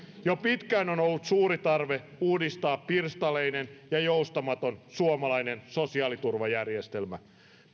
jo pitkään on ollut suuri tarve uudistaa pirstaleinen ja joustamaton suomalainen sosiaaliturvajärjestelmä